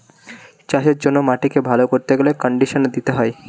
চাষের জন্য মাটিকে ভালো করতে গেলে কন্ডিশনার দিতে হয়